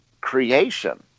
creation